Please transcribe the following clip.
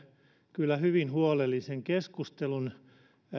kyllä hyvin huolellisen keskustelun